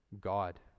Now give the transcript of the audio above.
God